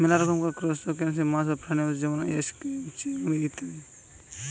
মেলা রকমকার ত্রুসটাসিয়ান মাছ বা প্রাণী হতিছে যেমন ক্রাইফিষ, চিংড়ি ইত্যাদি